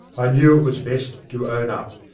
i knew it was best to own up.